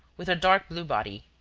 with a dark blue body.